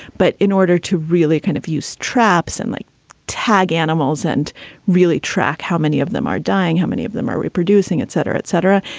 but in order to really kind of use traps and like tag animals and really track how many of them are dying, how many of them are reproducing, et cetera, et cetera,